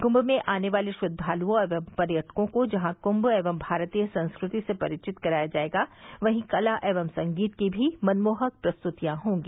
कुंभ में आने वाले श्रद्वालुओं एवं पर्यटकों को जहां कुंभ एवं भारतीय संस्कृति से परिचित कराया जायेगा वहीं कला एवं संगीत की भी मनमोहक प्रस्तुतियां होंगी